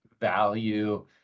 value